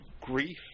grief